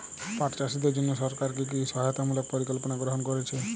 পাট চাষীদের জন্য সরকার কি কি সহায়তামূলক পরিকল্পনা গ্রহণ করেছে?